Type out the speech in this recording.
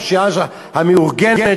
הפשיעה המאורגנת,